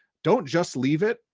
don't just leave it,